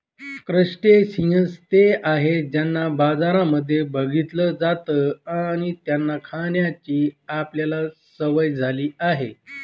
crustaceans ते आहेत ज्यांना बाजारांमध्ये बघितलं जात आणि त्यांना खाण्याची आपल्याला सवय झाली आहे